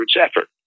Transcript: effort